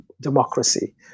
Democracy